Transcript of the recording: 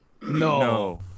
No